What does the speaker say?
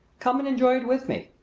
come and enjoy it with me!